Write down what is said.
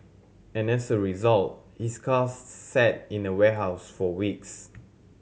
and as a result his car sat in a warehouse for weeks